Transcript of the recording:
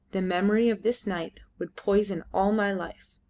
the memory of this night would poison all my life.